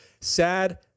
sad